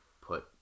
put